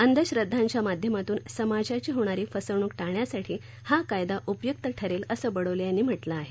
अंधश्रद्वांच्या माध्यमातून समाजाची होणारी फसवणूक टाळण्यासाठी हा कायदा उपयुक्त ठरेल असं बडोले यांनी म्हटलं आहे